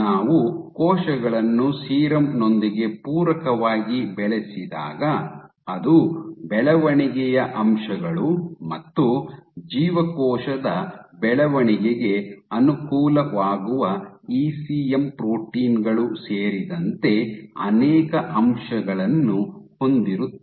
ನಾವು ಕೋಶಗಳನ್ನು ಸೀರಮ್ ನೊಂದಿಗೆ ಪೂರಕವಾಗಿ ಬೆಳೆಸಿದಾಗ ಅದು ಬೆಳವಣಿಗೆಯ ಅಂಶಗಳು ಮತ್ತು ಜೀವಕೋಶದ ಬೆಳವಣಿಗೆಗೆ ಅನುಕೂಲವಾಗುವ ಇಸಿಎಂ ಪ್ರೋಟೀನ್ ಗಳು ಸೇರಿದಂತೆ ಅನೇಕ ಅಂಶಗಳನ್ನು ಹೊಂದಿರುತ್ತದೆ